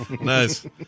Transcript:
Nice